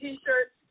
T-shirts